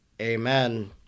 Amen